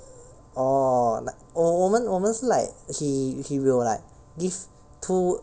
oh 那我我们我们是 like he he will like give two